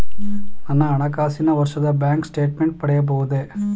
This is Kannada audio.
ನನ್ನ ಹಣಕಾಸಿನ ವರ್ಷದ ಬ್ಯಾಂಕ್ ಸ್ಟೇಟ್ಮೆಂಟ್ ಪಡೆಯಬಹುದೇ?